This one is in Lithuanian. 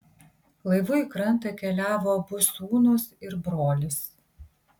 laivu į krantą keliavo abu sūnūs ir brolis